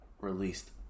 released